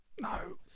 No